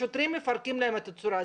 השוטרים מפרקים להם את הצורה.